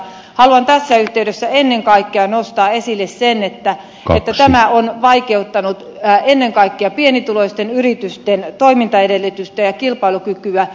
haluan tässä yhteydessä ennen kaikkea nostaa esille sen että tämä on vaikeuttanut ennen kaikkea pienituloisten yritysten toimintaedellytyksiä ja kilpailukykyä